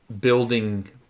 building